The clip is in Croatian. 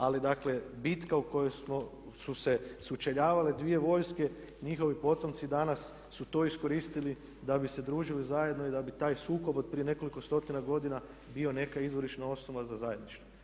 Ali dakle, bitka u kojoj su se sučeljavale dvije vojske, njihovi potomci danas su to iskoristili da bi se družili zajedno i da bi taj sukob od prije nekoliko stotina godina bio neka izvorišna osnova za zajedništvo.